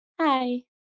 hi